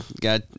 got